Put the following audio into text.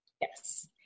Yes